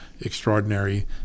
extraordinary